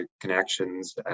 connections